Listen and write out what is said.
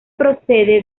procede